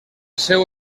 seu